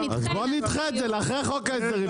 נדחה את זה לאחרי חוק ההסדרים,